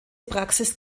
praxis